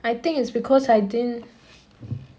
I think it's because I didn't